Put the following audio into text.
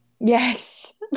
Yes